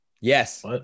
Yes